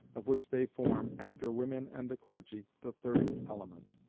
of which they form, after women and the clergy, the third element.